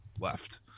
left